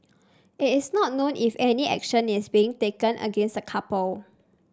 it is not known if any action is being taken against the couple